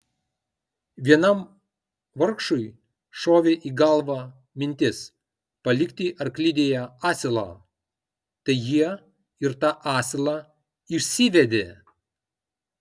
vienam vargšui šovė į galvą mintis palikti arklidėje asilą tai jie ir tą asilą išsivedė